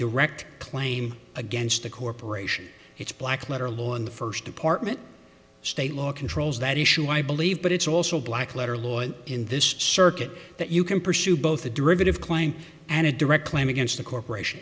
direct claim against the corporation it's black letter law in the first department state law controls that issue i believe but it's also black letter lawyer in this circuit that you can pursue both a derivative claim and a direct claim against the corporation